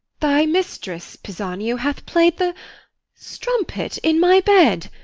thy mistress, pisanio, hath play'd the strumpet in my bed,